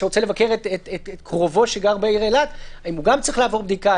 שרוצה לבקר את קרובו שגר בעיר אילת האם גם הוא צריך לעבור בדיקה?